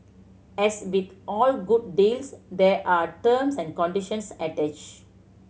as with all good deals there are terms and conditions attached